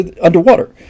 underwater